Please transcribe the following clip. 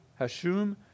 Hashum